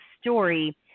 story